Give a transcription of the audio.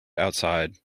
outside